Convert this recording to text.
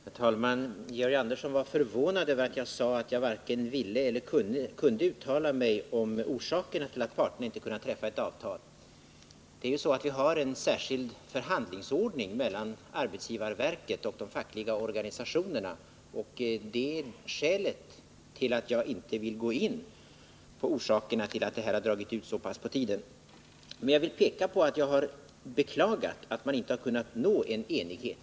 Herr talman! Georg Andersson var förvånad över att jag varken ville eller kunde uttala mig om orsakerna till att parterna inte kunnat träffa ett avtal. Det är ju så att vi har en särskild förhandlingsordning mellan arbetsgivarverket och de fackliga organisationerna. Det är skälet till att jag inte vill gå in på orsakerna till att de här förhandlingarna har dragit ut så pass på tiden. Men Nr 70 jag vill peka på att jag har beklagat att man inte har kunnat nå enighet.